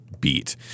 beat